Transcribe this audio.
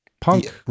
punk